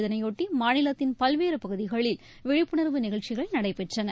இதனையொட்டி மாநிலத்தின் பல்வேறு பகுதிகளில் விழிப்புணர்வு நிகழ்ச்சிகள் நடைபெற்றன